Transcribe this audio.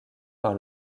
par